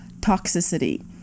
toxicity